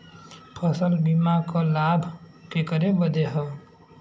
फसल बीमा क लाभ केकरे बदे ह?